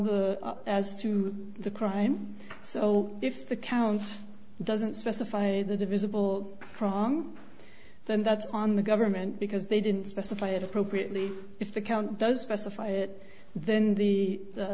as to the crime so if the count doesn't specify the divisible wrong then that's on the government because they didn't specify it appropriately if the count does specify it then the